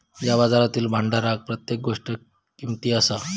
या बाजारातील भांडारात प्रत्येक गोष्ट किमती असा